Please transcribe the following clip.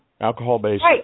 alcohol-based